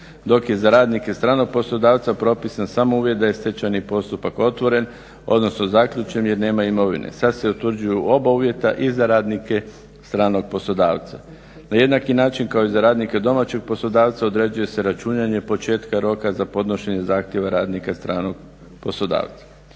Dok je za radnike stranog poslodavca propisan samo uvjet da je stečajni postupak otvoren, odnosno zaključen jer nema imovine. Sad se utvrđuju oba uvjeta i za radnike stranog poslodavca. Na jednaki način kao i za radnike domaćeg poslodavca određuje se računanje početka roka za podnošenje zahtjeva radnika stranog poslodavca.